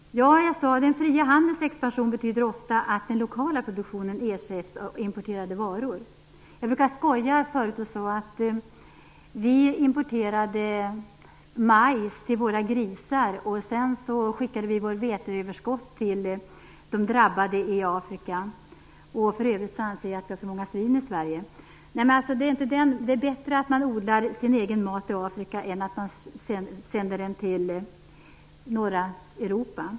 Den fria handelns expansion betyder ofta, som sagt, att den lokala produktionen ersätts av importerade varor. Jag har förut skojat och sagt att vi importerat majs till våra grisar för att sedan skicka vårt veteöverskott till de drabbade i Afrika. För övrigt anser jag att svinen är för många i Sverige. Det är bättre att odla sin egen mat i Afrika än att den sänds till norra Europa.